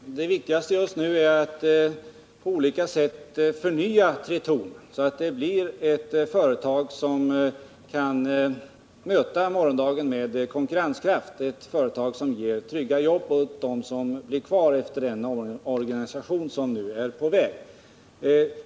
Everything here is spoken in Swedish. Herr talman! Det viktigaste just nu är att på olika sätt förnya Tretorn, så det blir ett företag som kan möta morgondagen med konkurrenskraft, ett företag som ger trygga jobb åt dem som blir kvar efter den omorganisation som är på väg.